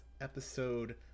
episode